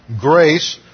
grace